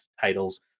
titles